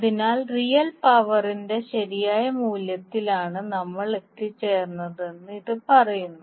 അതിനാൽ റിയൽ പവറിന്റെ ശരിയായ മൂല്യത്തിലാണ് നമ്മൾ എത്തിച്ചേർന്നതെന്ന് ഇത് പറയുന്നു